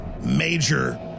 major